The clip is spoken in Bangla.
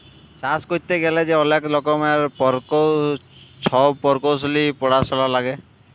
চাষ ক্যইরতে গ্যালে যে অলেক রকমের ছব পরকৌশলি পরাশলা লাগে